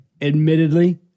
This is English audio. Admittedly